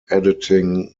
editing